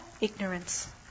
Ignorance